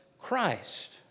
Christ